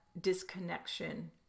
disconnection